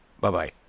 Bye-bye